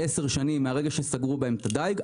עשר שנים מרגע שסגרו בהן את הדיג,